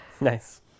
Nice